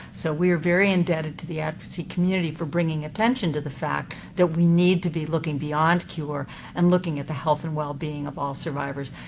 so we are very indebted to the advocacy community for bringing attention to the fact that we need to be looking beyond cure and looking at the health and well-being of all survivors.